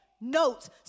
notes